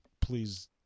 please